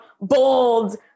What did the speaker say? bold